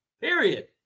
Period